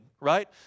right